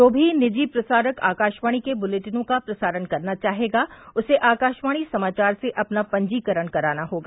जो भी निजी प्रसारक आकाशवाणी के बुलेटिनों का प्रसारण करना चाहेगा उसे आकाशवाणी समाचार से अपना पंजीकरण कराना होगा